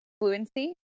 fluency